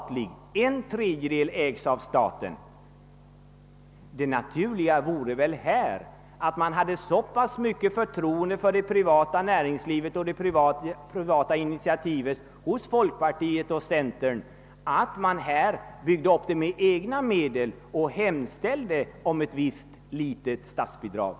Bara en tredjedel ägs av staten. Det naturliga vore väl då att folkpartiet och centern hade så stort förtroende för det privata näringslivet och det privata initiativet att man byggde upp den industrin med egna medel och hemställde om ett visst statsbidrag.